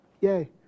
Yay